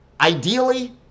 ideally